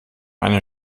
eine